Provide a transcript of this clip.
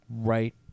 right